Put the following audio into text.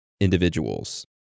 individuals